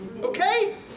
okay